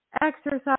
exercise